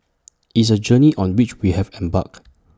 IT is A journey on which we have embarked